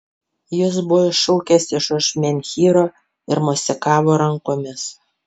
jis buvo iššokęs iš už menhyro ir mosikavo rankomis